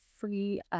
free